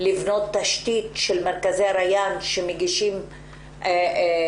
לבנות תשתית של מרכזי ריאן שמגישים שירותים,